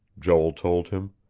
joel told him.